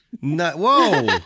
whoa